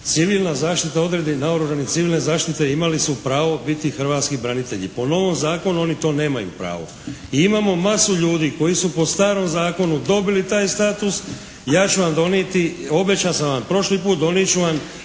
civilna zaštita … /Govornik se ne razumije./… civilne zaštite imali su pravo biti hrvatski branitelji. Po novom zakonu oni to nemaju pravo i imamo masu ljudi koji su po starom zakonu dobili taj status. Ja ću vam donijeti. Obećao sam vam prošli put. Donijet ću vam